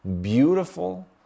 beautiful